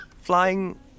flying